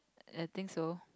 I think so